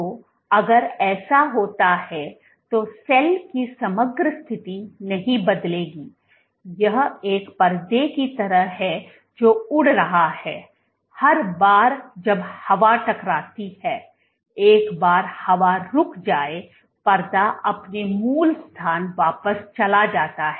तो अगर ऐसा होता है तो सेल की समग्र स्थिति नहीं बदलेगी यह एक पर्दे की तरह है जो उड़ रहा है हर बार जब हवा टकराती है एक बार हवा रुक जाए परदा अपने मूल स्थान वापस चला जाता है